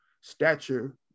stature